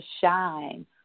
shine